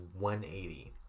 180